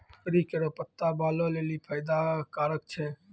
करी केरो पत्ता बालो लेलि फैदा कारक छै